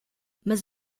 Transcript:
mas